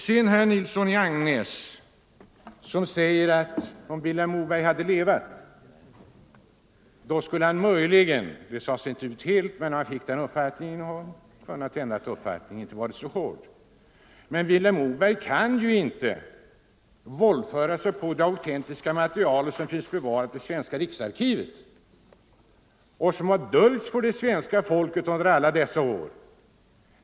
Herr Nilsson i Agnäs säger att om Vilhelm Moberg hade levat så skulle han möjligen — det sades inte rent ut men jag fick den uppfattningen ha kunnat ändra uppfattning och inte varit så hård. Men Vilhelm Mo berg skulle ju ändå inte ha kunnat våldföra sig på det autentiska material som finns bevarat i svenska riksarkivet och som har dolts för svenska folket under alla dessa år.